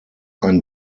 ein